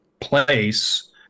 place